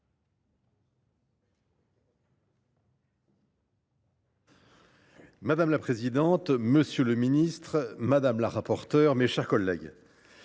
Madame la présidente, monsieur le ministre, madame le rapporteur, mes chers collègues,